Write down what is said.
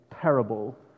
terrible